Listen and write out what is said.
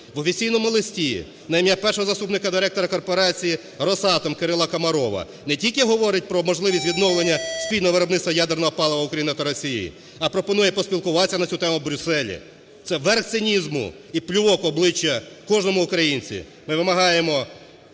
в офіційному листі на ім'я першого заступника директора корпорації "Росатом" Кирила Комарова не тільки говорить про можливість відновлення спільного виробництва ядерного палива України та Росії, а пропонує поспілкуватися на цю тему в Брюсселі. Це верх цинізму і плювок в обличчя кожному українцю. Ми вимагаємо